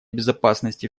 безопасности